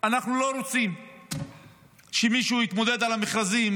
אנחנו לא רוצים שמישהו יתמודד על המכרזים